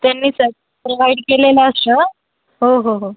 त्यांनी त्यात प्रोव्हाइड केलेलं असतं हो हो हो